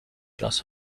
glass